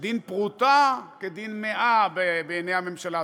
שדין פרוטה כדין מאה בעיני הממשלה הזאת,